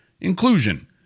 inclusion